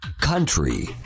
Country